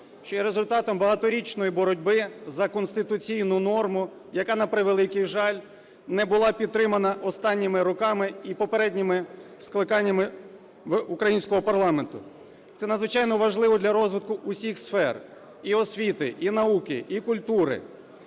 що є результатом багаторічної боротьби за конституційну норму, яка, на превеликий жаль, не була підтримана останніми роками і попередніми скликаннями українського парламенту. Це надзвичайно важливо для розвитку всіх сфер: і освіти, і науки, і культури,